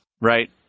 right